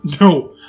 No